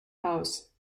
house